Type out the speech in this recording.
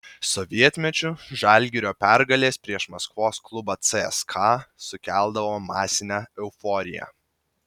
sovietmečiu žalgirio pergalės prieš maskvos klubą cska sukeldavo masinę euforiją